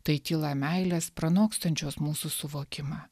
tai tyla meilės pranokstančios mūsų suvokimą